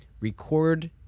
record